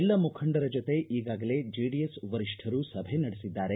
ಎಲ್ಲ ಮುಖಂಡರ ಜತೆ ಈಗಾಗಲೇ ಜೆಡಿಎಸ್ ವರಿಷ್ಟರು ಸಭೆ ನಡೆಸಿದ್ದಾರೆ